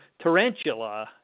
Tarantula